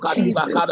Jesus